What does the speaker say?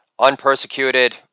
unpersecuted